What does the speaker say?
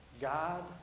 God